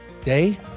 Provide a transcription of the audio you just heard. day